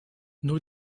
nur